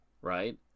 Right